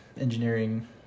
engineering